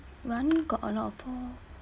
rani got a lot more